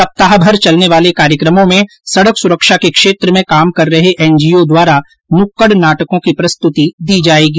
सप्ताहभर चलने वाले कार्यक्रमों में सड़क सुरक्षा के क्षेत्र में काम कर रहे एनजीओ द्वारा नुक्कड़ नाटकों की प्रस्तुति दी जाएगी